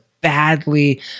badly